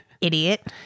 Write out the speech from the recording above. Idiot